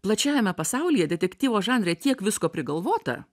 plačiajame pasaulyje detektyvo žanre tiek visko prigalvota